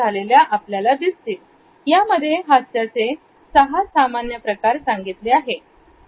खालची स्लाईड बघा यामध्ये हास्याचे सहा सामान्य प्रकार सांगितले आहेत